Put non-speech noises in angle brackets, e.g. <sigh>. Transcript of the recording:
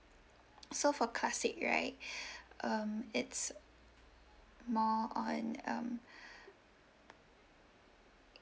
so for classic right <breath> um it's more on um